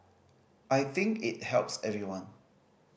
I think it helps everyone